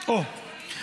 אוה,